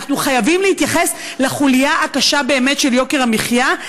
אנחנו חייבים להתייחס לחוליה הקשה באמת של יוקר המחיה,